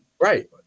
right